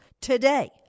today